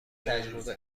تجربه